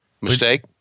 Mistake